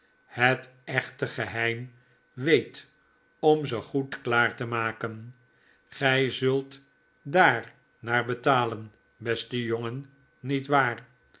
het echte geheim weet om ze goed klaar te maken gjj zult daar naar betalen beste jongen niet waar